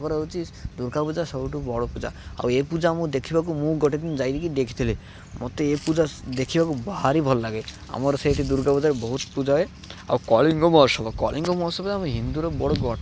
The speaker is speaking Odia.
ତାପରେ ହେଉଛି ଦୁର୍ଗା ପୂଜା ସବୁଠୁ ବଡ଼ ପୂଜା ଆଉ ଏ ପୂଜା ମୁଁ ଦେଖିବାକୁ ମୁଁ ଗୋଟେ ଦିନ ଯାଇକି ଦେଖିଥିଲି ମୋତେ ଏଇ ପୂଜା ଦେଖିବାକୁ ଭାରି ଭଲ ଲାଗେ ଆମର ସେଇଠି ଦୁର୍ଗା ପୂଜାରେ ବହୁତ ପୂଜାଏ ଆଉ କଳିଙ୍ଗ ମହୋତ୍ସବ କଳିଙ୍ଗ ମହୋତ୍ସବରେ ଆମ ହିନ୍ଦୁର ବଡ଼